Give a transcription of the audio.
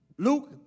Luke